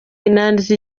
nanditse